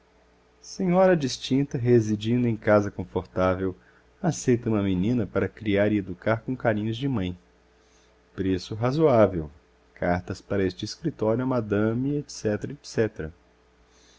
senhora distinta residindo em casa confortável aceita uma menina para criar e educar com carinhos de mãe preço razoável cartas para este escritório a